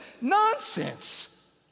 nonsense